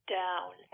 down